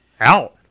out